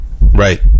Right